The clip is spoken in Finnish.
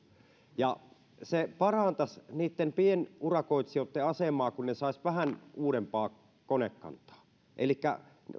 se parantaisi niitten pienurakoitsijoitten asemaa kun ne saisivat vähän uudempaa konekantaa